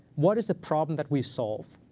what is the problem that we solve?